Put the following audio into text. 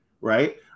right